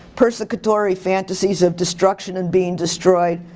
persecutory fantasies of destruction and being destroyed,